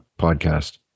podcast